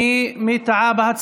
יש טעות, מי טעה בהצבעה?